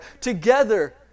together